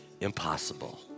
impossible